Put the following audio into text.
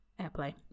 airplay